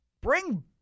Bring